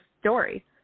story